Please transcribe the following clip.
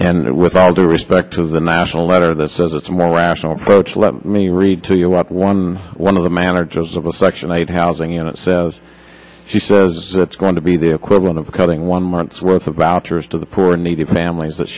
and with all due respect to the national letter that says it's a more rational approach let me read to you up one one of the managers of a section eight housing and it says she says it's going to be the equivalent of cutting one month's worth of boucher's to the poor needy families that